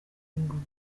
ingoma